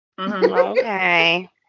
Okay